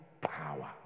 power